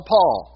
Paul